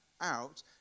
out